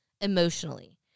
emotionally